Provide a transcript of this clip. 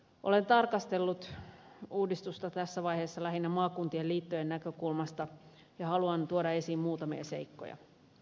olen tarkastellut uudistusta tässä vaiheessa lähinnä maakuntien liittojen näkökulmasta ja haluan tuoda esiin muutamia seikkoja